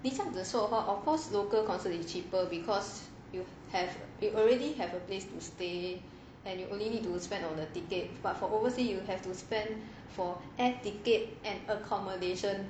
你这样说的话 local concert is cheaper because you have it already have a place to stay and you only need to spend on the ticket but for overseas you will have to spend for air tickets and accommodation